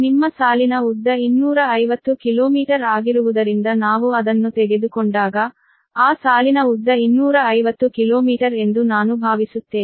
ನಿಮ್ಮ ಸಾಲಿನ ಉದ್ದ 250 ಕಿಲೋಮೀಟರ್ ಆಗಿರುವುದರಿಂದ ನಾವು ಅದನ್ನು ತೆಗೆದುಕೊಂಡಾಗ ಆ ಸಾಲಿನ ಉದ್ದ 250 ಕಿಲೋಮೀಟರ್ ಎಂದು ನಾನು ಭಾವಿಸುತ್ತೇನೆ